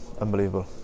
unbelievable